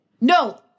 No